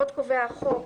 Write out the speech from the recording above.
עוד קובע החוק,